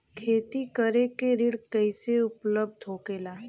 खेती करे के ऋण कैसे उपलब्ध होखेला?